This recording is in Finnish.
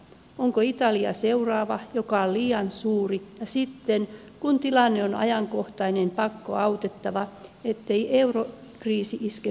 onko italia seuraava joka on liian suuri ja sitten kun tilanne on ajankohtainen pakkoautettava ettei eurokriisi iske suomen päälle